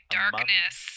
darkness